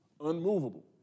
unmovable